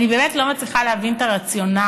אני באמת לא מצליחה להבין את הרציונל